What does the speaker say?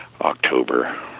October